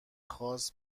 خاص